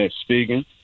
speaking